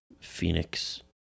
Phoenix